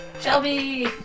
Shelby